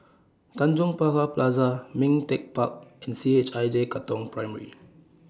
Tanjong Pagar Plaza Ming Teck Park and C H I J Katong Primary